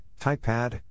Typepad